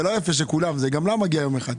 זה לא יפה שכולם קיבלו גם לה מגיע יום אחד.